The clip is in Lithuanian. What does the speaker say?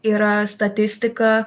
yra statistika